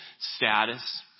status